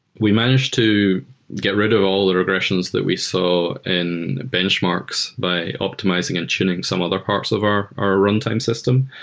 we managed to get rid of all the regressions that we saw in the benchmarks by optimizing and tuning some other parts of our our runtime system.